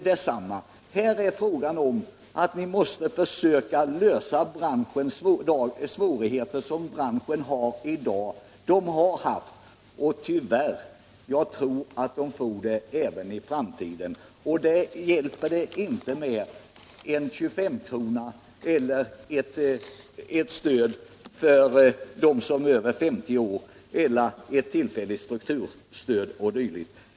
Detsamma gäller här: Ni måste ta initiativ och ni måste försöka lösa de problem som branschen har i dag. Branschen har och har haft svårigheter, och jag tror tyvärr att den kommer att få det även i framtiden. Då hjälper det inte med någon 25-krona, med ett stöd till dem som är över 50 år eller med ett tillfälligt strukturstöd osv.